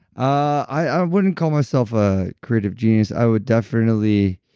i wouldn't call myself a creative genius. i would definitely.